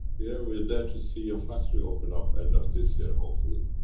yeah we're there to see your factory open up end of this year hopefully.